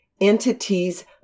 entities